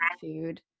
food